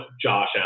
Josh